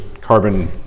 carbon